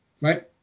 right